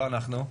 לא אנחנו,